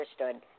understood